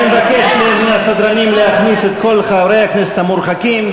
אני מבקש מהסדרנים להכניס את כל חברי הכנסת המורחקים,